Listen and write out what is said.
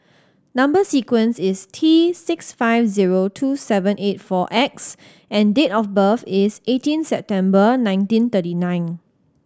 number sequence is T six five zero two seven eight four X and date of birth is eighteen September nineteen thirty nine